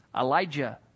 Elijah